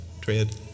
Tread